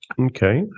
Okay